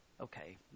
Okay